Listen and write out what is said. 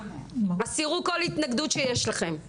הסירו כל התנגדות שיש לכם.